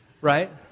Right